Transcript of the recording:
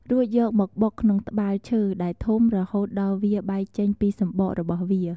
រួចយកមកបុកក្នុងត្បាល់ឈើ ដែលធំ រហូតដល់វាបែកចេញពិសំបករបស់វា។